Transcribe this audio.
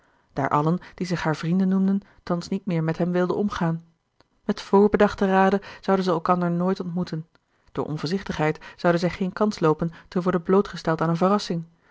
daar allen die zich haar vrienden noemden thans niet meer met hem wilden omgaan met voorbedachten rade zouden zij elkander nooit ontmoeten door onvoorzichtigheid zouden zij geen kans loopen te worden blootgesteld aan een verrassing